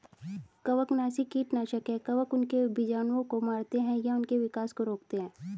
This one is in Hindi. कवकनाशी कीटनाशक है कवक उनके बीजाणुओं को मारते है या उनके विकास को रोकते है